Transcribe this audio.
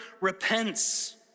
repents